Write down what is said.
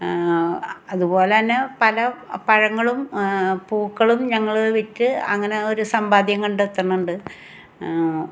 അതുപോലെ തന്നെ പല പഴങ്ങളും പൂക്കളും ഞങ്ങൾ വിറ്റ് അങ്ങനെ ഒരു സമ്പാദ്യം കണ്ടെത്തുന്നുണ്ട്